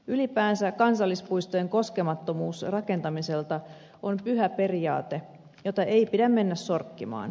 ylipäänsä kansallispuistojen koskemattomuus rakentamiselta on pyhä periaate jota ei pidä mennä sorkkimaan